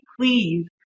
please